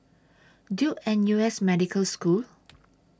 Duke N U S Medical School